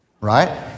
Right